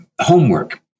homework